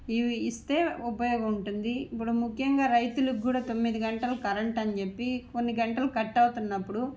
ఇస్తే ఉపయోగం ఉంటుంది ఇప్పుడు ముఖ్యంగా రైతులకు కూడా తొమ్మిది గంటలు కరెంటని చెప్పి కొన్ని గంటలు కట్ అవుతున్నప్పుడు